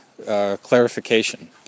Clarification